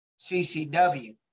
CCW